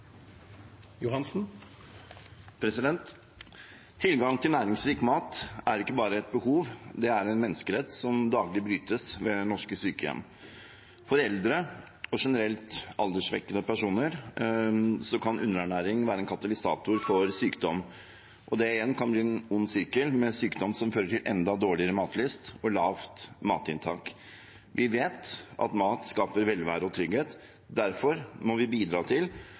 en menneskerett, som daglig brytes ved norske sykehjem. For eldre og generelt alderssvekkede personer kan underernæring være en katalysator for sykdom. Det igjen kan bli en ond sirkel med sykdom, som fører til enda dårligere matlyst og lavt matinntak. Vi vet at mat skaper velvære og trygghet, derfor må vi bidra til